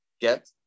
get